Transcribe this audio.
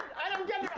i don't get